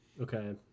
Okay